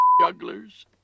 jugglers